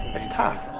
it's tough,